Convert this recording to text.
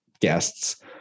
guests